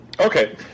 Okay